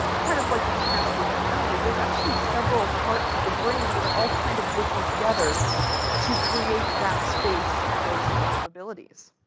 kind of like enhanced working memory, there's actually several parts of the brain that are all kind of working together to create that space and those types of abilities.